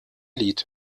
lied